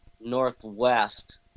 northwest